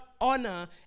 honor